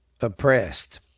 oppressed